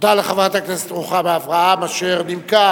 תודה לחברת הכנסת רוחמה אברהם אשר נימקה